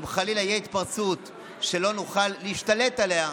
אם חלילה תהיה התפרצות שלא נוכל להשתלט עליה,